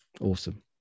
awesome